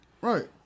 right